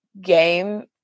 game